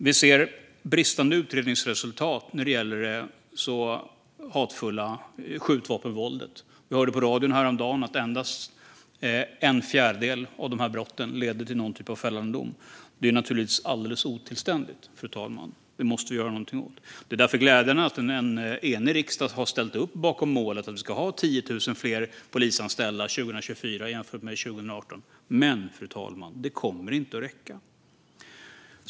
Vi ser bristande utredningsresultat när det gäller det förhatliga skjutvapenvåldet. Jag hörde på radio häromdagen att endast en fjärdedel av de här brotten leder till någon typ av fällande dom. Det är naturligtvis alldeles otillständigt, fru talman, och det måste vi göra någonting åt. Det är därför glädjande att en enig riksdag har ställt upp bakom målet att vi ska ha 10 000 fler polisanställda 2024 jämfört med 2018. Men det kommer inte att räcka.